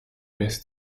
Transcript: best